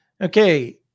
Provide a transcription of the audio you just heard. Okay